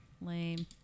Lame